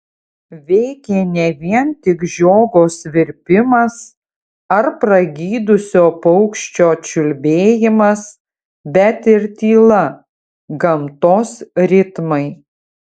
veikė ne vien tik žiogo svirpimas ar pragydusio paukščio čiulbėjimas bet ir tyla gamtos ritmai